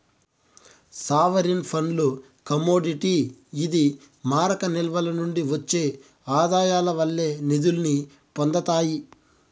sovereign ఫండ్లు commodity ఇది మారక నిల్వల నుండి ఒచ్చే ఆదాయాల వల్లే నిదుల్ని పొందతాయి